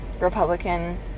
Republican